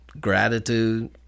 gratitude